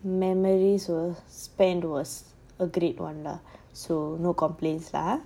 memories were spent was a great one lah so no complains lah ah